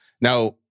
Now